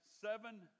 seven